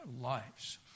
lives